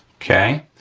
okay?